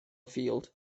field